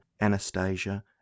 Anastasia